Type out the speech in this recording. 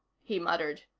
he muttered.